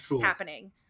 happening